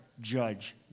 judge